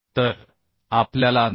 तर आपल्याला 929